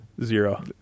Zero